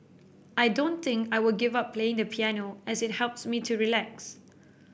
I don't think I will give up playing the piano as it helps me to relax